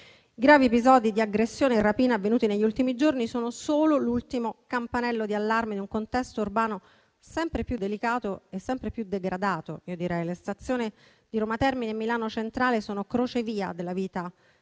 gravi episodi di aggressione e rapina avvenuti negli ultimi giorni sono solo l'ultimo campanello di allarme, in un contesto urbano sempre più delicato e sempre più degradato. Le stazioni di Roma Termini e Milano Centrale sono crocevia della vita degli